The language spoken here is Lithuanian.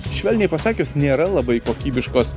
švelniai pasakius nėra labai kokybiškos